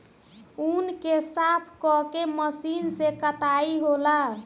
ऊँन के साफ क के मशीन से कताई होला